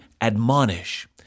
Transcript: admonish